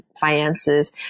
finances